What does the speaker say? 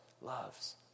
loves